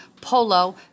polo